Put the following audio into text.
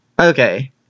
Okay